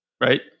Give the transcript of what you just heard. right